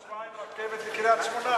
עוד שבועיים רכבת לקריית-שמונה.